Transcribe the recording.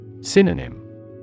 Synonym